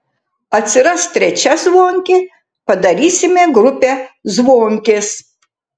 atsiras trečia zvonkė padarysime grupę zvonkės